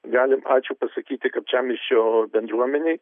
galim ačiū pasakyti kapčiamiesčio bendruomenei